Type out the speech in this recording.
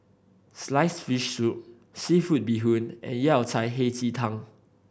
sliced fish soup seafood bee hoon and Yao Cai Hei Ji Tang